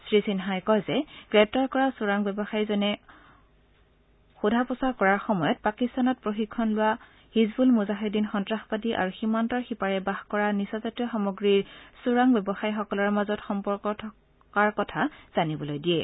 শ্ৰী সিনহাই কয় যে গ্ৰেপ্তাৰ কৰা চোৰাং ব্যৱসায়ীজনে সোধ পোছ কৰাৰ সময়ত পাকিস্তানত প্ৰশিক্ষণ লোৱা হিজবুল মুজাহিদিন সন্তাসবাদী আৰু সীমান্তৰ সিপাৰে বাস কৰা নিচাজাতীয় সামগ্ৰীৰ চোৰাং ব্যৱসায়ীসকলৰ মাজত সম্পৰ্ক থকাৰ বিষয়ে জানিবলৈ দিয়ে